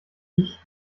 ich